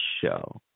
show